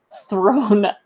thrown